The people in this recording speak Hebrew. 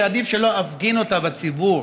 שעדיף שלא אפגין אותה בציבור,